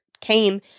came